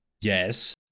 Yes